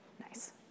Nice